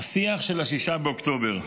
"השיח של 6 באוקטובר"